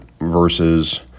versus